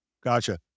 Gotcha